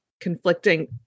conflicting